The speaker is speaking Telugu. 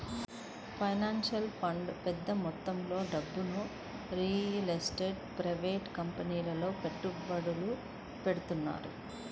పెన్షన్ ఫండ్లు పెద్ద మొత్తంలో డబ్బును లిస్టెడ్ ప్రైవేట్ కంపెనీలలో పెట్టుబడులు పెడతారు